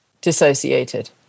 dissociated